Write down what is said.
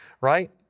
right